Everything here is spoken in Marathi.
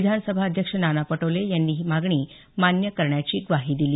विधानसभाध्यक्ष नाना पटोले यांनी ही मागणी मान्य करण्याची ग्वाही दिली